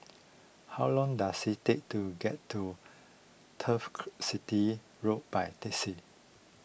how long does it take to get to Turf City Road by taxi